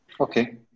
okay